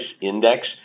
Index